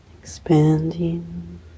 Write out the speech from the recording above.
expanding